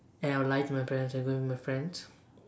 and I will lie to my parents I'm going with my friends